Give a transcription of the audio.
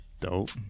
Dope